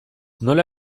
nola